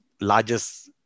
largest